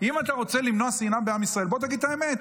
אם אתה רוצה למנוע שנאה בעם ישראל בוא תגיד את האמת,